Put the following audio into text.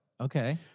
Okay